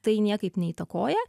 tai niekaip neįtakoja